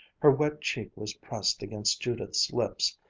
her wet cheek was pressed against judith's lips,